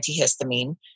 antihistamine